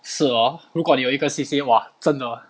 是咯如果你有一个 C_C_A 哇真的